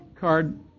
card